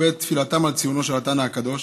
בעת תפילתם על ציונו של התנא הקדוש.